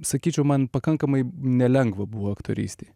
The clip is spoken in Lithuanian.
sakyčiau man pakankamai nelengva buvo aktorystėj